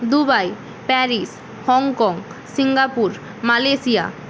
Dubai Paris Hong Kong Singapore Malaysia